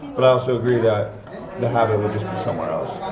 but i also agree that the habit would just be somewhere else.